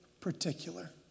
particular